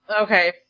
Okay